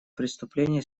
преступление